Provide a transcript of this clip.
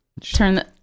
Turn